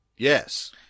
Yes